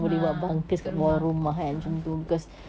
ah kat rumah a'ah